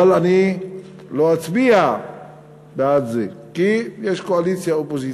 אבל אני לא אצביע בעד זה כי יש קואליציה אופוזיציה.